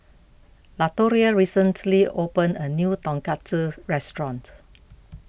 Latoria recently opened a new Tonkatsu restaurant